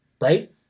right